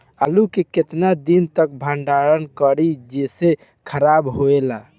आलू के केतना दिन तक भंडारण करी जेसे खराब होएला?